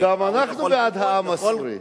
גם אנחנו בעד העם הסורי,